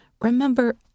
remember